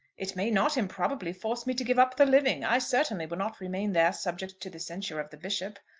it may not improbably force me to give up the living. i certainly will not remain there subject to the censure of the bishop.